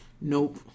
nope